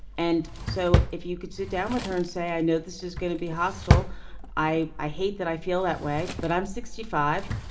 and so if you could sit down with her and say i know this is going to be hostile i i hate that i feel that way but i'm sixty five.